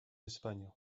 espagne